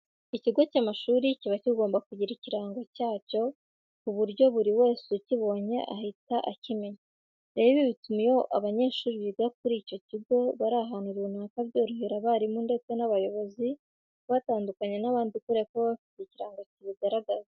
Ikigo cy'amashuri kiba kigomba kugira ikirango cyacyo ku buryo buri wese ukibonye ahita akimenya. Rero ibi bituma iyo abanyeshuri biga kuri icyo kigo bari ahantu runaka byorohera abarimu ndetse n'abayobozi kubatandukanya n'abandi kubera ko baba bafite ikirango kibigaragaza.